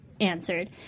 answered